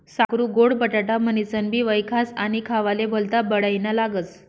साकरु गोड बटाटा म्हनीनसनबी वयखास आणि खावाले भल्ता बडाईना लागस